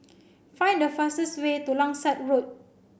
find the fastest way to Langsat Road